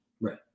Right